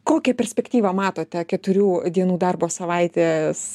kokią perspektyvą matote keturių dienų darbo savaitės